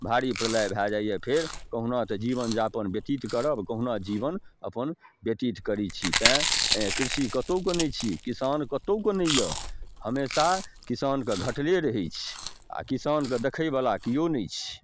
भारी प्रलय भए जाइया फेर कहूना तऽ जीवन जापन ब्यतीत करब कहूना जीवन अपन ब्यतीत करै छी तैं कृषि कतौके नहि छी किसान कतौ के नहि यऽ हमेशा किसान कऽ घटले रहै छै आ किसान कऽ देखै बला कियो नै छै